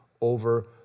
over